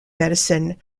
medicine